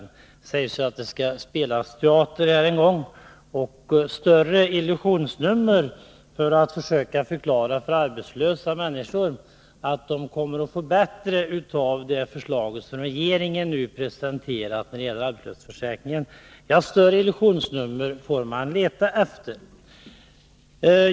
Det är ju meningen att det skall spelas teater här en gång, och större illusionsnummer för att försöka förklara för arbetslösa människor att de kommer att få det bättre av det förslag som regeringen nu presenterat när det gäller arbetslöshetsförsäkringen får man leta efter.